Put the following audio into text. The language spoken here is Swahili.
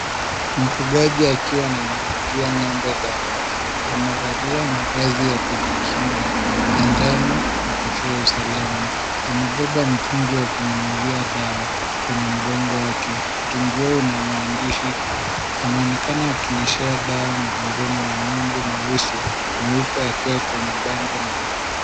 Mfugaji akiwa ananyunyizia ng'ombe dawa, amevalia mavazi ya kujikinga ya njano na kofia ya usalama. Amebeba mtungi wa kunyunyizia dawa kwenye mgongo wake, mtungi huo una maandishi. Anaonekana akinyeshea dawa mgongoni mwa ng'ombe mweusi, mweupe akiwa kwenye bango na mtu.